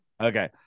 Okay